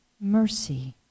mercy